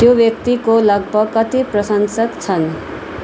त्यो व्यक्तिको लगभग कति प्रशंसक छन्